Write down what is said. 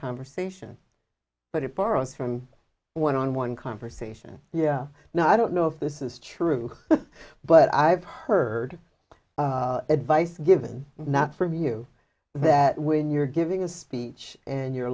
conversation but it borrows from one on one conversation yeah now i don't know if this is true but i've heard advice given not for you that when you're giving a speech and you're a